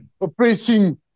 oppressing